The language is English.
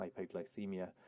hypoglycemia